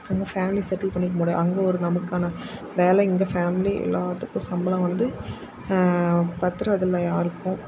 அங்கே family settle பண்ணிக்க முடியும் அங்கே ஒரு நமக்கான வேலை இங்கே ஃபேமிலி எல்லாத்துக்கும் சம்பளம் வந்து பத்துறது இல்லை யாருக்கும்